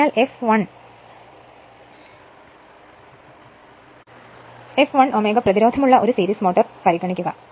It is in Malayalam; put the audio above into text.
അതിനാൽ എഫ്1 Ω പ്രതിരോധം ഉള്ള ഒരു സീരീസ് മോട്ടോർ പരിഗണിക്കുക